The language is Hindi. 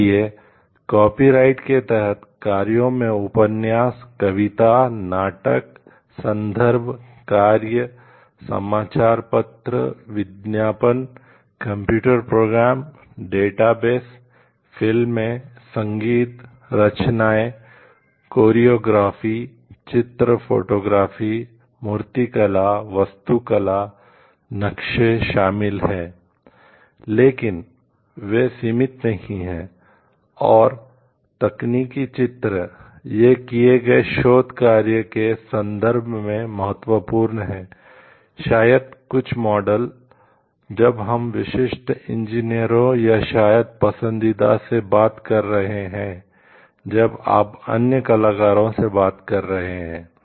इसलिए कॉपीराइट या शायद पसंदीदा से बात कर रहे हैं जब आप अन्य कलाकारों से बात कर रहे हैं